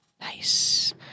Nice